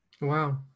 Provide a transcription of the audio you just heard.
wow